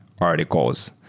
articles